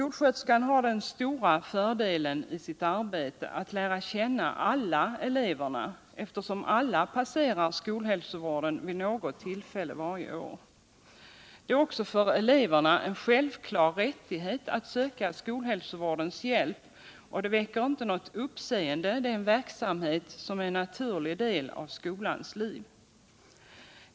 Skolsköterskan har den stora fördelen i sitt arbete att lära känna alla clever eftersom alla passerar skolhälsovärden vid något tillfälle varje år. Det är för eleverna en självklar rättighet att söka skolhälsovårdens hjälp, och dot väcker inte något uppseende eftersom det är en verksamhet som är en naturlig del i skolans liv.